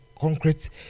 concrete